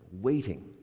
waiting